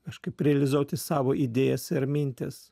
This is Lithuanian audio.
kažkaip realizuoti savo idėjas ir mintis